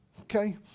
okay